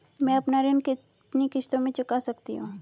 मैं अपना ऋण कितनी किश्तों में चुका सकती हूँ?